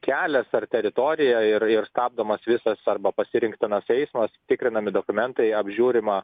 kelias ar teritorija ir ir stabdomas visas arba pasirinktinas eismas tikrinami dokumentai apžiūrima